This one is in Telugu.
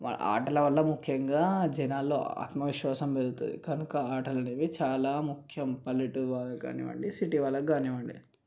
ఆటల వల్ల ముఖ్యంగా జనాల్లో ఆత్మవిశ్వాసం పెరుగుతుంది కనుక ఆటలు అనేవి చాలా ముఖ్యం పల్లెటూరి వాళ్ళకు కానివ్వండి సిటీ వాళ్ళకి కానివ్వండి